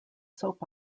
soap